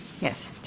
Yes